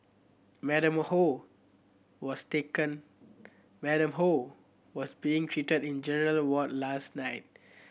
Madam Ho was taken Madam Ho was being treated in a general ward last night